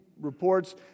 reports